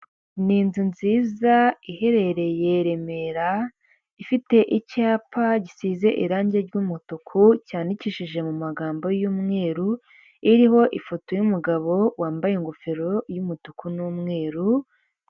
Ni inzu nziza iherereye Remera ifite icyapa gisize irangi ry'umutuku, cyanikishije mu magambo y'umweru, iriho ifoto y'umugabo wambaye ingofero y'umutuku n'umweru.